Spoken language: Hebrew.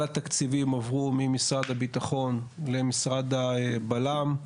התקציבים עברו ממשרד הביטחון למשרד הבל"מ.